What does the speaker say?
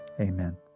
Amen